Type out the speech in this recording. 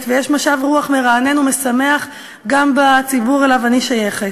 ויש משב רוח מרענן ומשמח גם בציבור שאליו אני שייכת.